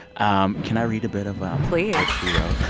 um can i read a bit of. um please. what you wrote?